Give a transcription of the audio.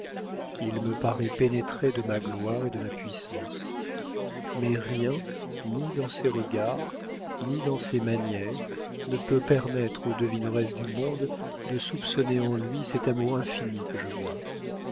il me paraît pénétré de ma gloire et de ma puissance mais rien ni dans ses regards ni dans ses manières ne peut permettre aux devineresses du monde de soupçonner en lui cet amour infini que je vois